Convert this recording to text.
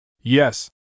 Yes